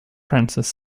francis